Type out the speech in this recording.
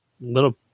Little